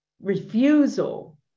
refusal